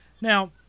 Now